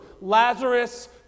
Lazarus